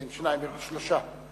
שלושה.